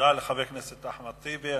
תודה לחבר הכנסת אחמד טיבי.